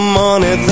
money